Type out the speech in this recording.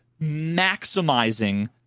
maximizing